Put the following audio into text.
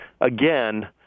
again